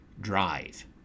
Drive